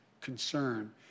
concern